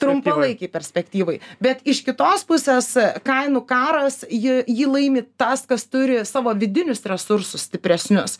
trumpalaikėj perspektyvoj bet iš kitos pusės kainų karas ji jį laimi tas kas turi savo vidinius resursus stipresnius